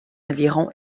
aviron